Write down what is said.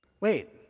Wait